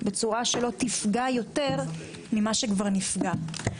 בצורה שלא תפגע יותר ממה שכבר נפגע.